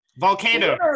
Volcano